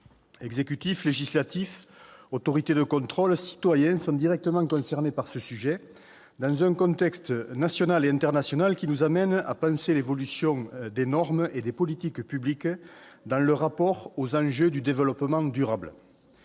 L'exécutif, le législatif, les autorités de contrôle et les citoyens sont directement concernés par ce sujet, dans un contexte national et international qui nous amène à penser l'évaluation des normes et des politiques publiques dans le rapport aux enjeux du développement durable